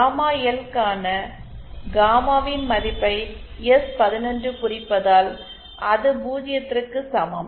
gamma L க்கான காமாவின் மதிப்பை எஸ்11 குறிப்பதால் அது பூஜ்ஜியத்திற்கு சமம்